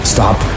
Stop